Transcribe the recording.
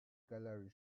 gallery